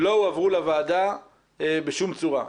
לא הועברו לוועדה בשום צורה,